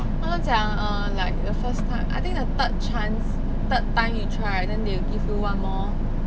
他们讲 err like the first time I think the third chance third time you try then they will give you one more